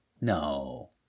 no